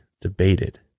debated